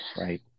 Right